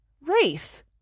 race